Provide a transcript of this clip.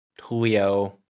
julio